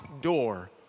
door